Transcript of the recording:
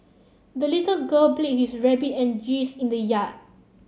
the little girl played with her rabbit and geese in the yard